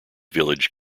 village